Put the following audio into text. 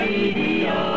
Radio